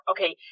Okay